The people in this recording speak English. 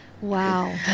Wow